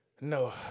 No